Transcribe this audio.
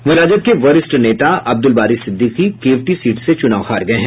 वहीं राजद के वरिष्ठ नेता अब्दुल बारी सिद्दिकी केवटी सीट से चुनाव हार गये है